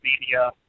media